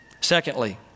Secondly